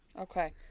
Okay